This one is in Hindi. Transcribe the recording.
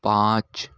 पाँच